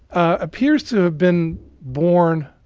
appears to have been born